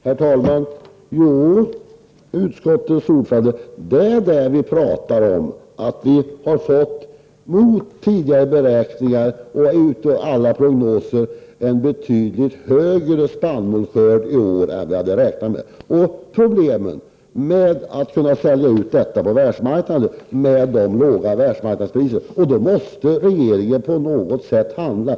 Herr talman! Jo, utskottets ordförande, vi talar om att vi mot tidigare beräkningar och prognoser har fått en betydligt större spannmålsskörd i år än vi hade räknat med och de problem som det innebär att sälja ut detta på världsmarknaden när det är så låga priser där. Då måste regeringen på något sätt handla.